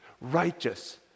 righteous